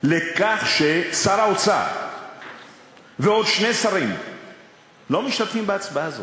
לכך ששר האוצר ועוד שני שרים לא משתתפים בהצבעה הזאת.